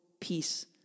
peace